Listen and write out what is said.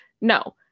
No